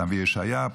הנביא ישעיהו,